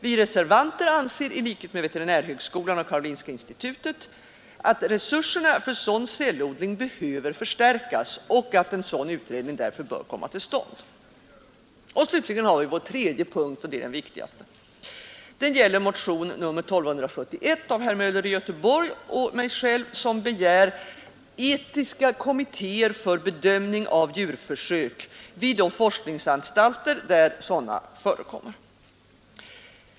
Vi reservanter anser i likhet med veterinärhögskolan och Karolinska institutet att resurserna för sådan cellodling behöver förstärkas och att en utredning därför bör komma till stånd. Den tredje och viktigaste punkten gäller motion nr 1271 av herr Möller i Göteborg och mig själv. I denna motion begär vi inrättande av etiska kommittéer för bedömning av djurförsök vid de forskningsanstalter där sådana förekommer.